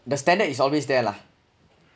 the standard is always there lah